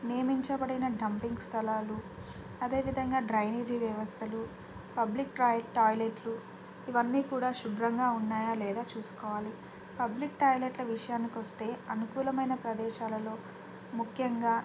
నియమించబడిన డంపింగ్ స్థలాలు అదేవిధంగా డ్రైనేజీ వ్యవస్థలు పబ్లిక్ టాయిలెట్లు ఇవన్నీ కూడా శుభ్రంగా ఉన్నాయా లేదా చూసుకోవాలి పబ్లిక్ టాయిలెట్ల విషయానికొస్తే అనుకూలమైన ప్రదేశాలలో ముఖ్యంగా